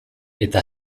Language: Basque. eta